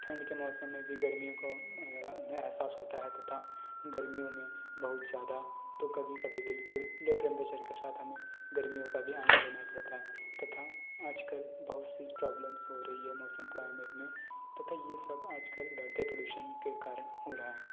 ठण्ड के मौसम में भी गर्मियों का अहसास होता है तथा गर्मियों मे बहुत ज़्यादा तो कभी कभी बिलकुल लो टेंम्परेचर के साथ हमें गर्मियों का भी आनंद लेना पड़ता है तथा आजकल बहुत सी प्रॉब्लम्स हो रही है मौसम क्लाईमेट में तथा यह सब आजकल बढ़ते प्रदुषण के कारण हो रहा है